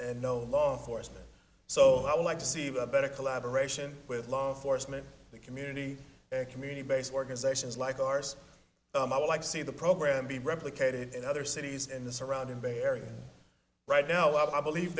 and no law enforcement so i would like to see a better collaboration with law enforcement the community and community based organizations like ours i would like to see the program be replicated in other cities in the surrounding bay area right now i believe